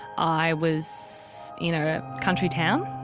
i was in a country town,